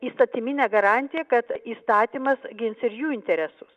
įstatyminę garantiją kad įstatymas gins ir jų interesus